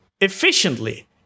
Efficiently